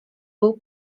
był